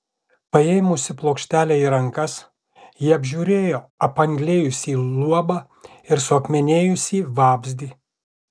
paėmusi plokštelę į rankas ji apžiūrėjo apanglėjusį luobą ir suakmenėjusį vabzdį